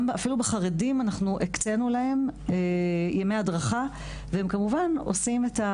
אפילו אצל החרדים אנחנו הקצינו להם ימי הדרכה והם כמובן עושים,